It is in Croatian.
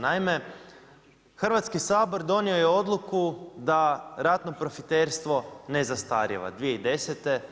Naime, Hrvatski sabor donio je odluku da ratno profiterstvo ne zastarijeva 2010.